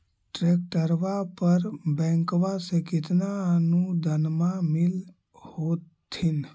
ट्रैक्टरबा पर बैंकबा से कितना अनुदन्मा मिल होत्थिन?